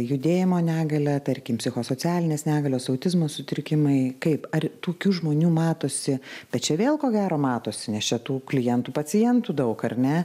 judėjimo negalią tarkim psichosocialinės negalios autizmo sutrikimai kaip ar tokių žmonių matosi bet čia vėl ko gero matosi nes čia tų klientų pacientų daug ar ne